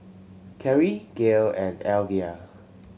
Carri Gayle and Elvia